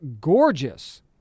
gorgeous